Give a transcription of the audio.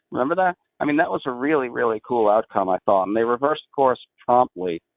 remember that? i mean, that was a really, really cool outcome, i thought. and they reversed course promptly.